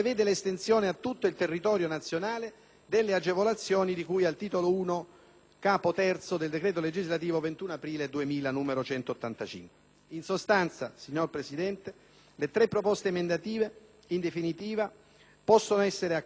Capo III del decreto legislativo 21 aprile 2000, n. 185. In sostanza, signora Presidente, le tre proposte emendative in definitiva possono essere accolte in quanto riprendono in gran parte il percorso avviato nel corso della XV legislatura